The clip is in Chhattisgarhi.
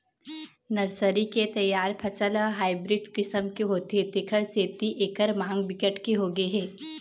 नर्सरी के तइयार फसल ह हाइब्रिड किसम के होथे तेखर सेती एखर मांग बिकट के होगे हे